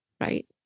Right